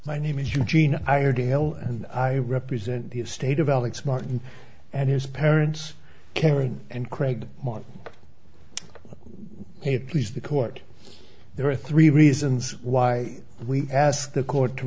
my name is eugene iredale and i represent the state of alex martin and his parents karen and craig martin it please the court there are three reasons why we ask the court to